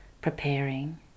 preparing